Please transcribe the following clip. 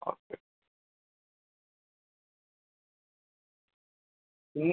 okay ഈ